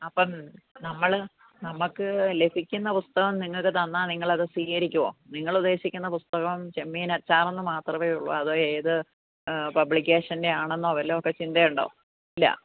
അപ്പം നമ്മൾ നമുക്ക് ലഭിക്കുന്ന പുസ്തകം നിങ്ങൾക്ക് തന്നാൽ നിങ്ങൾ അത് സ്വീകരിക്കുമോ നിങ്ങൾ ഉദ്ദേശിക്കുന്ന പുസ്തകം ചെമ്മീൻ അച്ചാർ എന്നു മാത്രമേ ഉള്ളൂ അതോ ഏത് പബ്ലികേഷന്റെ ആണെന്നോ വല്ല ഒക്കെ ചിന്തയുണ്ടോ ഇല്ല